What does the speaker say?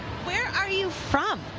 where are you from?